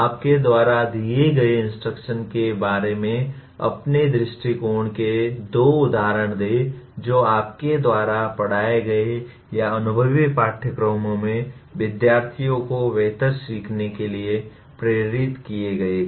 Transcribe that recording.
आपके द्वारा दिए गए इंस्ट्रक्शन के बारे में अपने दृष्टिकोण के दो उदाहरण दें जो आपके द्वारा पढ़ाए गए या अनुभवी पाठ्यक्रमों में विद्यार्थियों को बेहतर सीखने के लिए प्रेरित किए गए थे